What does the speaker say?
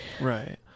Right